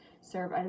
serve